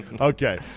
okay